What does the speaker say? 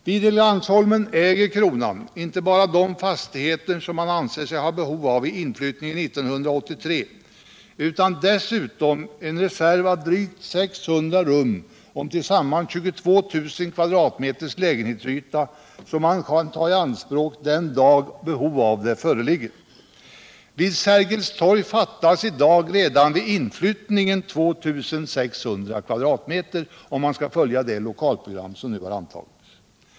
Vid Helgeandsholmen äger kronan inte bara de fastigheter som man anser sig ha behov av vid inflyttningen 1983 utan dessutom en reserv av drygt 600 rum om tillsammans 22 000 kvm lägenhetsyta, som man kan ta i anspråk den dag då behov därav föreligger. Vid Sergels torg fattas i dag redan vid inflyttningen 2600 kvm, om man skall följa det lokalprogram som nu antagits.